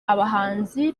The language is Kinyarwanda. abahanzi